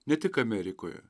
ne tik amerikoje